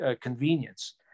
convenience